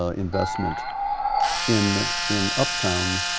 ah investment in in uptown.